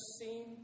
seen